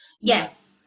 Yes